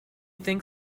think